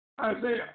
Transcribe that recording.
Isaiah